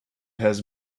has